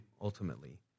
ultimately